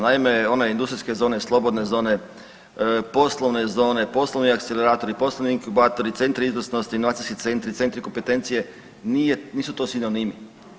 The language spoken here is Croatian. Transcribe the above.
Naime, one industrijske zone, slobodne zone, poslovne zone, poslovni akceleratori, poslovni inkubatori, centri izvrsnosti, inovacijski centri, centri kompetencije, nisu to sinonimi.